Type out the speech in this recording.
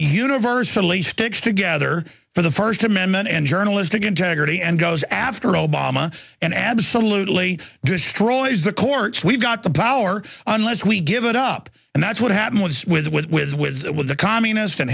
universally sticks together for the first amendment and journalistic integrity and goes after obama and absolutely destroys the courts we've got the power unless we give it up and that's what happened was with with with that with the communist